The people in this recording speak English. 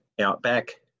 outback